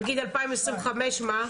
נגיד 2025 מה?